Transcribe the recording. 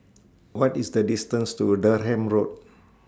What IS The distance to Durham Road